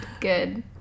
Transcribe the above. good